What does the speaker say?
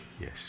yes